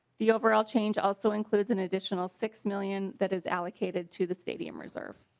the overall change also includes an additional six million that is allocated to the stadium reserve.